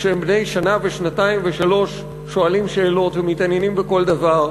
כשהם בני שנה ושנתיים ושלוש הם שואלים שאלות ומתעניינים בכל דבר.